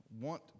want